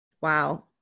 Wow